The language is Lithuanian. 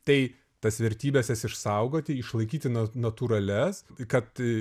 tai tas vertybes jas išsaugoti išlaikyti na natūralias tai kad